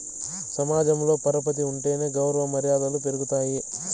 సమాజంలో పరపతి ఉంటేనే గౌరవ మర్యాదలు పెరుగుతాయి